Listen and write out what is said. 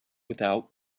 without